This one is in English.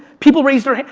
people raise their hand,